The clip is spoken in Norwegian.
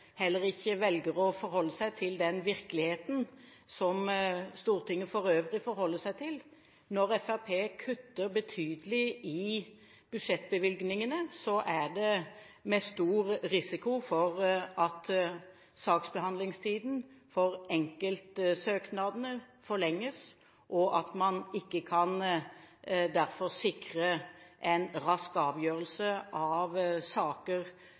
heller ikke velger å forholde seg til den virkeligheten som Stortinget for øvrig forholder seg til. Når Fremskrittspartiet kutter betydelig i budsjettbevilgningene, er det med stor risiko for at saksbehandlingstiden for enkeltsøknadene forlenges, og at man derfor ikke kan sikre en rask avgjørelse av saker